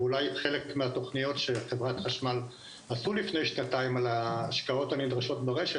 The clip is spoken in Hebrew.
אולי חלק מהתוכניות שחברת חשמל עשו שנתיים על ההשקעות הנדרשות ברשת,